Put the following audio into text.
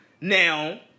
Now